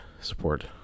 support